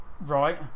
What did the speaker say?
right